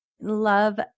Love